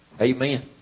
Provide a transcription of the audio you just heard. Amen